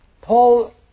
Paul